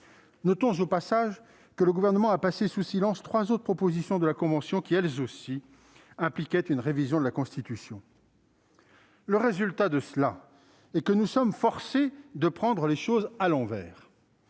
Notons au passage que le Gouvernement a passé sous silence trois autres propositions de la Convention qui, elles aussi, impliquaient une révision de la Constitution. Le résultat, c'est que nous sommes forcés de prendre les choses à l'envers.